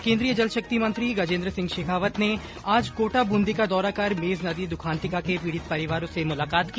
केन्द्रीय जल शक्ति मंत्री गजेन्द्र सिंह शेखावत ने आज कोटा ब्रंदी का दौरा कर मेज नदी दुखान्तिका के पीड़ित परिवारों से मुलाकात की